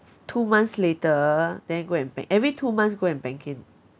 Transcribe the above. two months later then go and ba~ every two months go and bank in